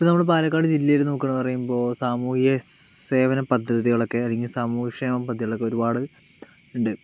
ഇപ്പോൾ നമ്മള് പാലക്കാട് ജില്ലയില് നോക്കുകയാണെന്ന് പറയുമ്പോൾ സാമൂഹിക സേവന പദ്ധതികളൊക്കെ അല്ലെങ്കിൽ സാമൂഹിക ക്ഷേമ പദ്ധതികളൊക്കെ ഒരുപാട് ഉണ്ട്